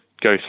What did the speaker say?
go